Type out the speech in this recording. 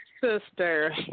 sister